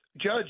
Judge